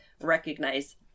recognize